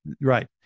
Right